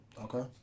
okay